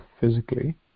physically